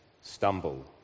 stumble